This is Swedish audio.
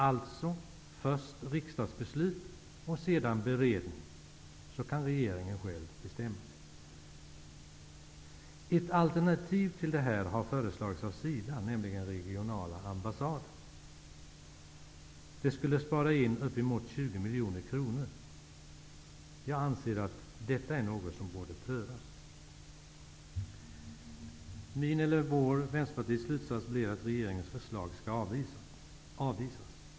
Alltså, först riksdagsbeslut och sedan beredning, så kan regeringen själv bestämma. Ett alternativ till detta har föreslagits av SIDA, nämligen regionala ambassader. Det skulle spara upp emot 20 miljoner kronor. Jag anser att detta är något som borde prövas. Vänsterpartiets slutsats blir att regeringens förslag skall avvisas.